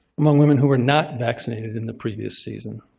among women who were not vaccinated in the previous season.